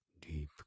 deep